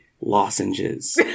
lozenges